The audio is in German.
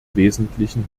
wesentlichen